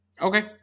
Okay